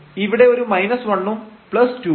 ഇവിടെ ഒരു 1 ഉം 2 ഉം